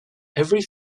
every